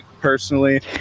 personally